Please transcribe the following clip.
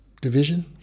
division